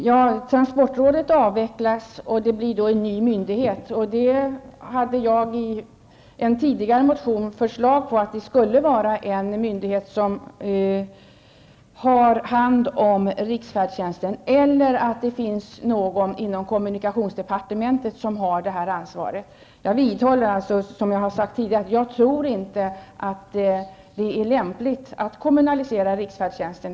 Fru talman! Trafikrådet avvecklas, och det blir då en ny myndighet. I en tidigare motion hade jag föreslagit att det skall vara en central myndighet som har hand om riksfärdtjänsten, eller att det skall finnas någon inom kommunikationsdepartementet som har detta ansvar. Som jag har sagt tidigare tror jag inte att det är lämpligt att kommunalisera riksfärdtjänsten.